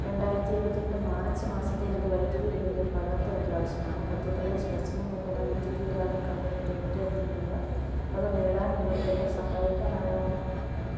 രണ്ടായിരത്തി ഇരുപത്തിരണ്ട് മാർച്ച് മാസത്തെ എൻ്റെ വൈദ്യുതി ബില്ലിൻ്റെയൊരു പകർപ്പ് എനിക്കാവശ്യമാണ് മധ്യപ്രദേശ് പശ്ചിമ മേഖല വിദ്യുത് വിതാരൺ കമ്പനി ലിമിറ്റഡിൽ നിന്ന് അത് നേടാൻ നിങ്ങൾക്കെന്നെ സഹായിക്കാനാകുമോ